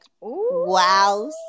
wow